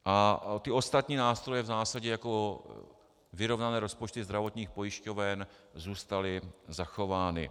A ostatní nástroje v zásadě jako vyrovnané rozpočty zdravotních pojišťoven zůstaly zachovány.